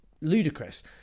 ludicrous